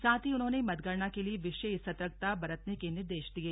साथ ही उन्होंने मतगणना के लिए विशेष सर्तकता बरतने के निर्देश दिये